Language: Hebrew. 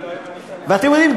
ואתם יודעים,